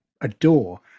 adore